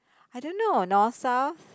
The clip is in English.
I don't know north south